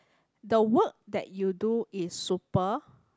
the work that you do is super